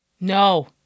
No